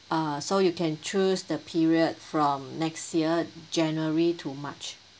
uh so you can choose the period from next year january to march